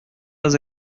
pas